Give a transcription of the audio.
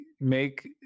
make